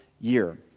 year